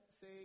say